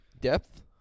Depth